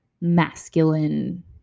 masculine